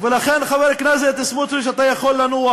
חבר הכנסת סמוטריץ, אתה יכול לנוח,